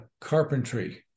carpentry